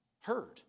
heard